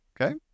Okay